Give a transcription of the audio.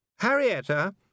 Harrietta